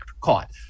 caught